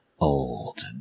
old